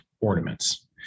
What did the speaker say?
ornaments